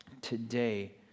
today